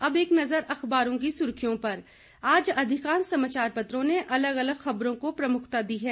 और अब एक नजर समाचार पत्रों की सुर्खियां पर आज अधिकांश समाचार पत्रों ने अलग अलग ख़बरों को प्रमुखता दी है